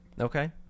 Okay